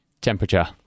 temperature